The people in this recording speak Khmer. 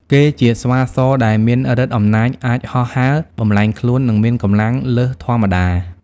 គេជាស្វាសដែលមានឫទ្ធិអំណាចអាចហោះហើរ បំប្លែងខ្លួន និងមានកម្លាំងលើសធម្មតា ។